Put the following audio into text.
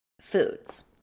foods